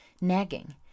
nagging